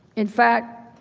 in fact,